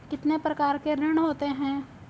कितने प्रकार के ऋण होते हैं?